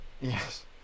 yes